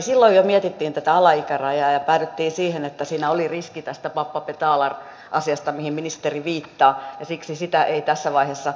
silloin jo mietittiin tätä alaikärajaa ja päädyttiin siihen että siinä oli riski tästä pappa betalar asiasta mihin ministeri viittaa ja siksi sitä ei tässä vaiheessa otettu